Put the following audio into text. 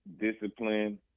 discipline